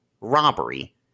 robbery